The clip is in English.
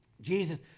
Jesus